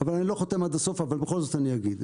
אבל אני לא חותם עד הסוף, אבל בכל זאת אני אגיד.